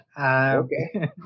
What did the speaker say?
Okay